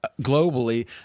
globally